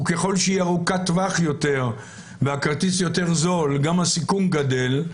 וככל שהיא ארוכת טווח יותר והכרטיס יותר זול גם הסיכון גדל,